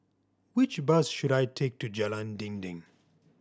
which bus should I take to Jalan Dinding